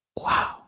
Wow